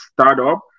startup